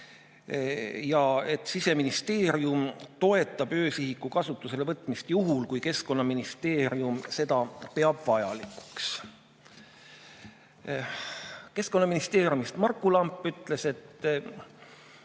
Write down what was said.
et Siseministeerium toetab öösihiku kasutusele võtmist juhul, kui Keskkonnaministeerium peab seda vajalikuks. Keskkonnaministeeriumist Marku Lamp ütles, et